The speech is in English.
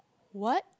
what